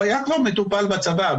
הוא היה כבר מטופל בצבא,